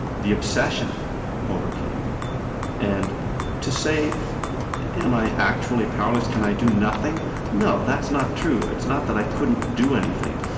the obsession overcame. and to say am i actually powerless, can i do nothing no that's not true. it's not that i couldn't do anything,